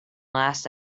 last